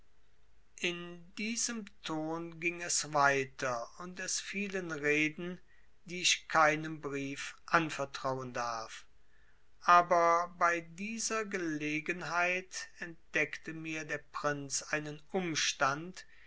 in diesem ton ging es weiter und es fielen reden die ich keinem brief anvertrauen darf aber bei dieser gelegenheit entdeckte mir der prinz einen umstand